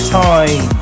time